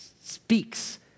speaks